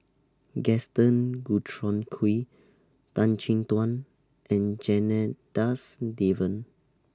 Gaston Dutronquoy Tan Chin Tuan and Janadas Devan